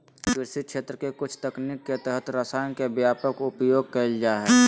कृषि क्षेत्र के कुछ तकनीक के तहत रसायन के व्यापक उपयोग कैल जा हइ